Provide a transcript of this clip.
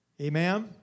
Amen